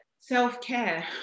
self-care